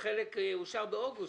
נדמה לי שחלק אושר באוגוסט.